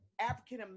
African